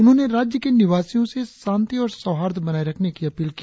उन्होंने राज्य के निवासियों से शांति और सौहार्द बनाए रखने की अपील की